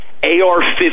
AR-15